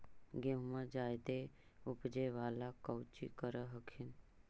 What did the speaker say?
गेहुमा जायदे उपजाबे ला कौची कर हखिन?